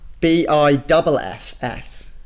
b-i-double-f-s